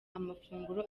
amafunguro